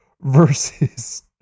versus